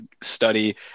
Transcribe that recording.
study